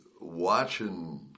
watching